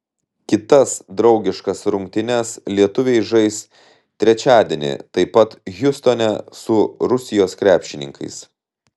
kitas draugiškas rungtynes lietuviai žais trečiadienį taip pat hjustone su rusijos krepšininkais